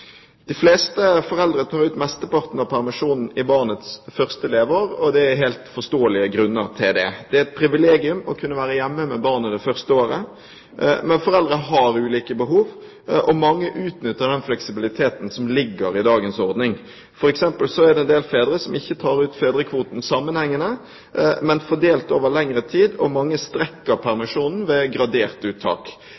De fleste foreldre tar ut mesteparten av permisjonen i barnets første leveår. Det er helt forståelige grunner til det. Det er et privilegium å kunne være hjemme med barnet det første året. Men foreldre har ulike behov, og mange utnytter den fleksibiliteten som ligger i dagens ordning. For eksempel er det en del fedre som ikke tar ut fedrekvoten sammenhengende, men fordelt over lengre tid, og mange strekker